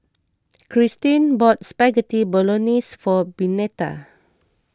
Kristyn bought Spaghetti Bolognese for Benita